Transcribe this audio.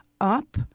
up